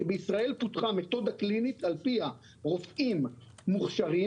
בישראל פותחה מתודה קלינית על-פיה רופאים מוכשרים,